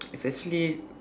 it's actually